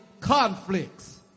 conflicts